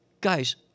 Guys